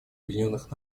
объединенных